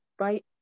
right